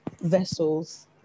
vessels